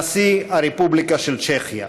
נשיא הרפובליקה של צ'כיה.